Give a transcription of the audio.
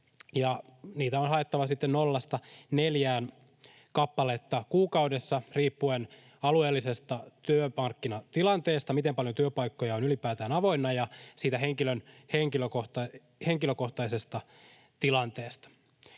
niitä on haettava sitten 0—4 kappaletta kuukaudessa riippuen alueellisesta työmarkkinatilanteesta, siitä, miten paljon työpaikkoja on ylipäätään avoinna, ja siitä henkilön henkilökohtaisesta tilanteesta.